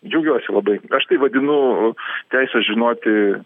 džiaugiuosi labai aš tai vadinu teisės žinoti